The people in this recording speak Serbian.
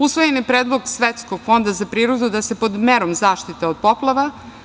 Usvojen je predlog Svetskog fonda za prirodu da se pod merom zaštite od poplava…